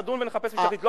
נדון ונחפש משפטית.